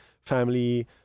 family